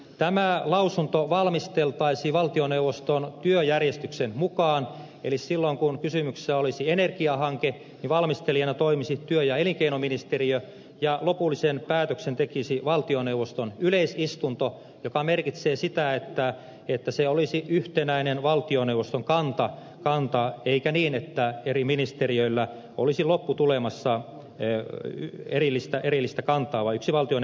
tämä lausunto valmisteltaisiin valtioneuvoston työjärjestyksen mukaan eli silloin kun kysymyksessä olisi energiahanke valmistelijana toimisi työ ja elinkeinoministeriö ja lopullisen päätöksen tekisi valtioneuvoston yleisistunto mikä merkitsee sitä että päätös olisi yhtenäinen valtioneuvoston kanta ei niin että eri ministeriöillä olisi lopputulemassa erillinen kanta vaan olisi yksi valtioneuvoston kanta